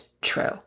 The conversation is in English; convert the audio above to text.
true